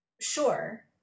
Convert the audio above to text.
Sure